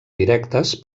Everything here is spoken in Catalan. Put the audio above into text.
directes